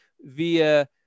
via